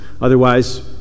Otherwise